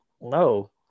No